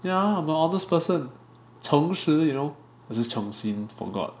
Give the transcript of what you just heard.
ya I'm a honest person 诚实 you know or is it 诚心 forgot